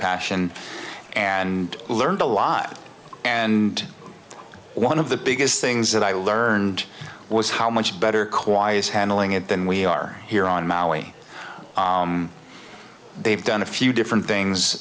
passion and learned a lot and one of the biggest things that i learned was how much better quiets handling it than we are here on maui they've done a few different things